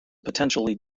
potentially